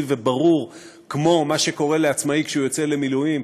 וברור כמו מה שקורה לעצמאי כשהוא יוצא למילואים,